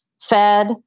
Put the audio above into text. fed